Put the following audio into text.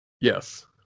yes